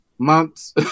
months